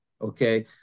okay